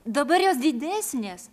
dabar jos didesnės